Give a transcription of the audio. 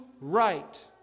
right